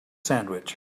sandwich